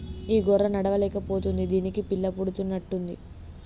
ఈ గొర్రె నడవలేక పోతుంది దీనికి పిల్ల పుడుతున్నట్టు ఉంది